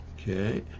Okay